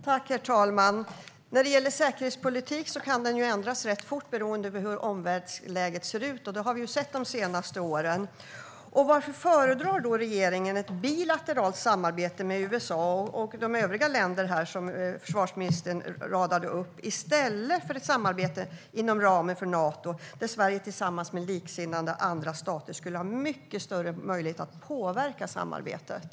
Herr talman! När det gäller säkerhetspolitik kan den ändras rätt fort beroende på hur omvärldsläget ser ut, och det har vi ju sett de senaste åren. Varför föredrar då regeringen ett bilateralt samarbete med USA och de övriga länder som försvarsministern radade upp här i stället för ett samarbete inom ramen för Nato, där Sverige tillsammans med likasinnade andra stater skulle ha mycket större möjlighet att påverka samarbetet?